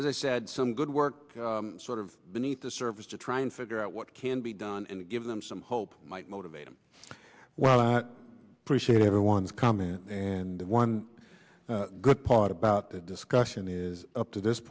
as i said some good work sort of beneath the surface to try and figure out what can be done and give them some hope might motivate them well i appreciate everyone's comment and one good part about the discussion is up to this